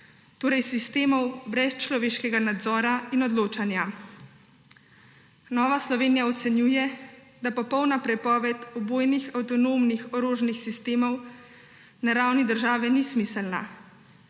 torej sistemov brez človeškega nadzora in odločanja. Nova Slovenija ocenjuje, da popolna prepoved ubojnih avtonomnih orožnih sistemov na ravni države ni smiselna.